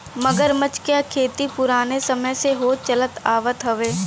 मगरमच्छ क खेती पुराने समय से होत चलत आवत हउवे